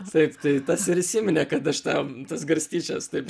taip tai tas ir įsiminė kad aš tą tas garstyčias taip